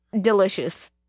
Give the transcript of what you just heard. delicious